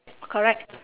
correct